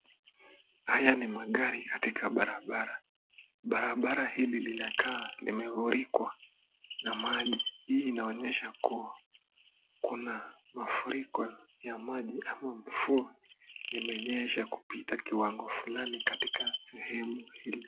Haya ni magari katika barabara, barabara hili linakaa limefurikwa na maji hii inaonyesha kuwa kuna mafuriko ya maji, ama mvua imenyesha kupita katika kiwango fulani katika sehemu hili.